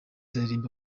izaririmba